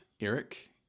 eric